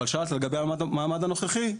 אבל שאלת לגבי המעמד הנוכחי.